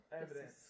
evidence